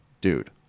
dude